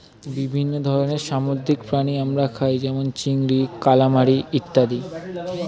বিভিন্ন ধরনের সামুদ্রিক প্রাণী আমরা খাই যেমন চিংড়ি, কালামারী ইত্যাদি